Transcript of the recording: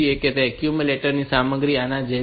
તેથી એક્યુમ્યુલેટર સામગ્રી આના જેવી હોય છે